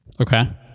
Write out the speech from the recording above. Okay